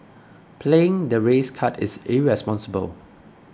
playing the race card is irresponsible